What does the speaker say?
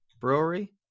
brewery